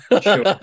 Sure